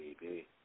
baby